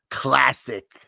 classic